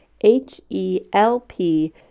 H-E-L-P